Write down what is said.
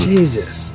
Jesus